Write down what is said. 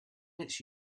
its